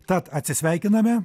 tad atsisveikiname